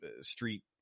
street